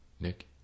Nick